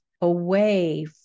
away